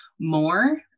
more